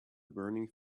burning